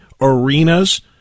Arenas